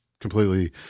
completely